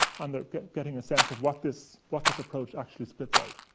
and they're getting a sense of what this what this approach actually spits out.